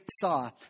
saw